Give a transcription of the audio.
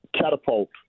catapult